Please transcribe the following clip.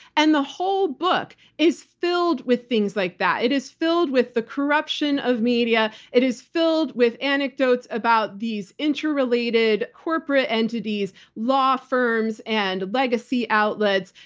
and the whole book is filled with things like that. it is filled with the corruption of media. it is filled with anecdotes about these interrelated corporate entities, law firms, and legacy outlets,